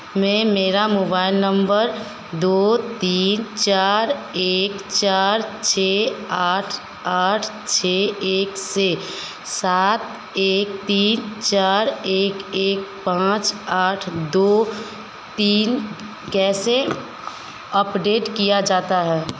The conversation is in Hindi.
में मेरा मोबाइल नंबर दो तीन चार एक चार छः आठ आठ छः एक से सात एक तीन चार एक एक पांच आठ दो तीन कैसे अपडेट किया जाता है